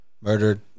Murdered